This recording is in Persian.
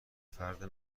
فرد